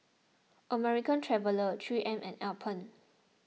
American Traveller three M and Alpen